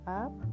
up